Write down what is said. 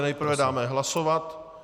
Nejprve dáme hlasovat.